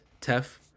Tef